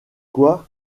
quoi